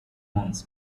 months